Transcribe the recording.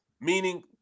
Meaning